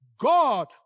God